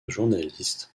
journaliste